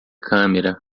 câmera